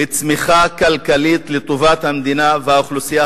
לצמיחה כלכלית לטובת המדינה והאוכלוסייה